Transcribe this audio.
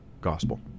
gospel